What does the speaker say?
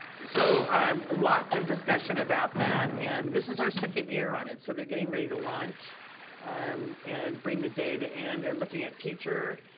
so lots of discussion about that and this is our second year on it, so they're getting ready to launch um and bring the data in, they're looking at teacher